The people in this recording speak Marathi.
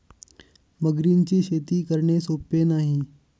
मगरींची शेती करणे सोपे नाही